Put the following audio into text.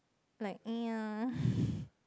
like ya